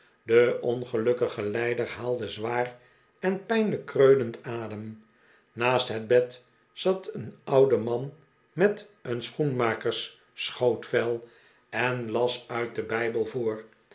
de ongelukkige lijder haalde zwaar en pijnlijk kreunend adem naast het bed zat een oude man met een schoenmakersschootsvel en las uit den bijbel voor